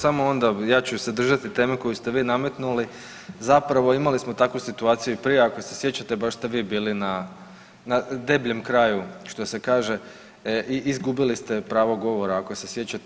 Samo … [[ne razumije se]] ja ću se držati teme koju ste vi nametnuli, zapravo imali smo takvu situaciju i prije ako se sjećate baš ste vi bili na debljem kraju što se kaže i izgubili ste pravo govora ako se sjećate.